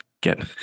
get